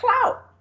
clout